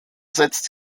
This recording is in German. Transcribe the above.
setzt